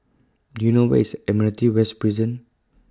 Do YOU know Where IS Admiralty West Prison